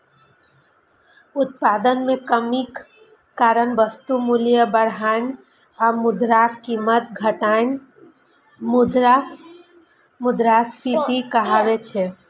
उत्पादन मे कमीक कारण वस्तुक मूल्य बढ़नाय आ मुद्राक कीमत घटनाय मुद्रास्फीति कहाबै छै